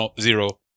zero